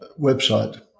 website